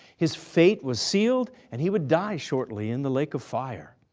his fate was sealed, and he would die shortly in the lake of fire.